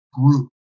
group